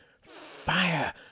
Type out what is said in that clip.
fire